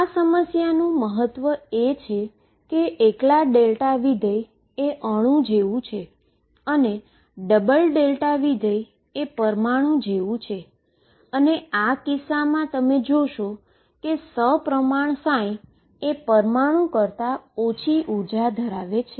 આ સમસ્યાનું મહત્વ એ છે કે એકલા ડેલ્ટા ફંક્શન એ એટમ જેવું છે અને ડબલ ડેલ્ટા ફંક્શન એ મોલેક્યુલ જેવું છે અને આ કિસ્સામાં તમે જોશો કે સીમેટ્રીક એ મોલેક્યુલ કરતા ઓછી એનર્જી ધરાવે છે